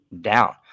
down